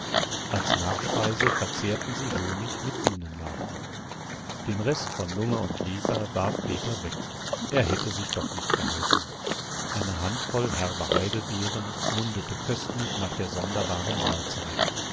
als nachspeise verzehrten sie honig mit bienenlarven den rest von lunge und leber warf peter weg er hätte sich doch nicht gehalten eine handvoll herber heidelbeeren mundete köstlich nach der sonderbaren mahlzeit